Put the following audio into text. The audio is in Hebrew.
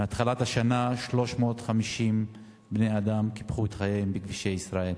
מתחילת השנה 350 בני-אדם קיפחו את חייהם בכבישי ישראל.